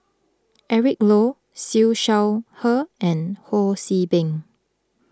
Eric Low Siew Shaw Her and Ho See Beng